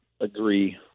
agree